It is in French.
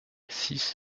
six